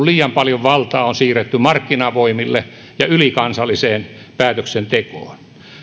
liian paljon valtaa on siirretty markkinavoimille ja ylikansalliseen päätöksentekoon